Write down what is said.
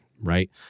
right